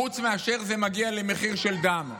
חוץ מאשר כשזה מגיע למחיר של דם.